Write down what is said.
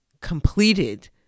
completed